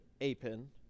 A-pin